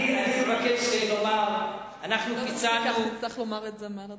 תצטרך לומר את זה מעל לדוכן.